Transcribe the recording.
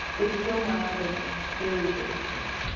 it's so mild and it's very, very safe.